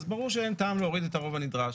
אז ברור שאין טעם להוריד את הרוב הנדרש.